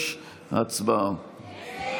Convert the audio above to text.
6. הצבעה.